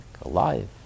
alive